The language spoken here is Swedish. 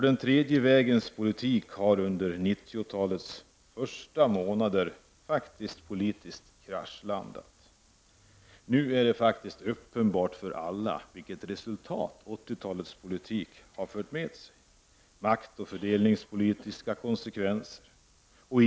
Den tredje vägens politik har under 90-talets första månader faktiskt politiskt kraschlandat. Nu är det uppenbart för alla vilka maktoch fördelningspolitiska konsekvenser 80-talets politik har fört med sig.